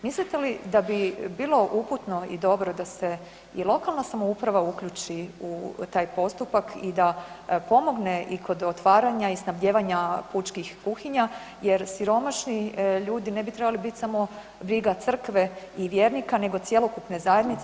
Mislite li da bi bilo uputno i dobro da se i lokalna samouprava uključi u taj postupak i da pomogne i kod otvaranja i snabdijevanja pučkih kuhinja, jer siromašni ljudi ne bi trebali biti samo briga crkve i vjernika nego cjelokupne zajednice.